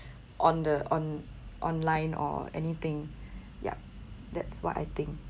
on the on online or anything yup that's what I think